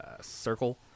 circle